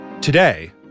Today